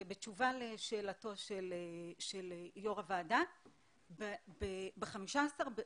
בתשובה לשאלתו של יושב ראש הוועדה,